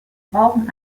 brauchen